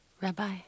Rabbi